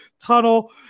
tunnel